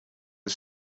are